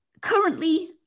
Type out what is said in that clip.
currently